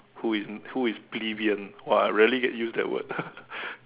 who is who is plebeian !wah! I rarely can use that word